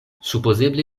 supozeble